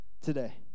today